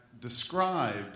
described